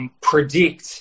predict